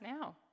now